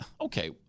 okay